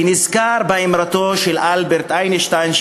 וניזכר באמרתו של אלברט איינשטיין,